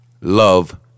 love